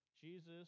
Jesus